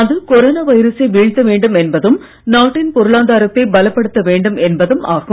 அது கொரோனா வைரசை வீழ்த்த வேண்டும் என்பதும் நாட்டின் பொருளாதாரத்தை பலப்படுத்த வேண்டும் என்பதும் ஆகும்